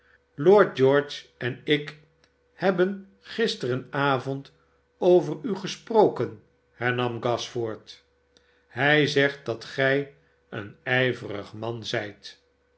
lord george en ik hebben gisterenavond over u gesproken hernam gashford hij zegt dat gij een ijverig man zijt